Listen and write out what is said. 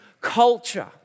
culture